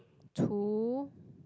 two